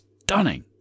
stunning